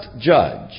judge